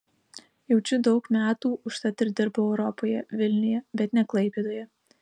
jaučiu daug metų užtat ir dirbu europoje vilniuje bet ne klaipėdoje